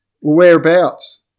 Whereabouts